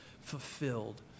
fulfilled